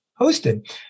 hosted